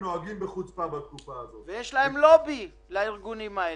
יש לובי לארגונים האלה.